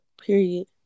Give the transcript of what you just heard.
Period